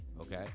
okay